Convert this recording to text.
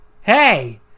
Hey